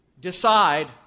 decide